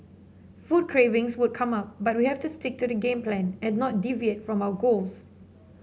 food cravings would come up but we have to stick to the game plan and not deviate from our goals